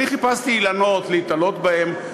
אני חיפשתי אילנות להיתלות בהם,